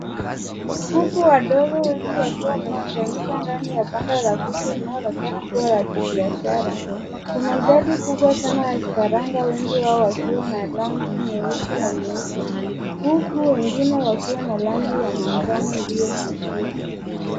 Kuku wadogo wengi wakiwa wamekusanyika ndani ya banda la kuku linaloonekana kuwa ya kibiashara. Kuna idadi kubwa sana na vifaranga wengi wao wakiwa na rangi nyeusi na nyeupe. Kuku wengine wakiwa na rangi ya manjano iliyofifia.